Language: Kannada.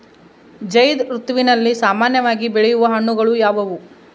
ಝೈಧ್ ಋತುವಿನಲ್ಲಿ ಸಾಮಾನ್ಯವಾಗಿ ಬೆಳೆಯುವ ಹಣ್ಣುಗಳು ಯಾವುವು?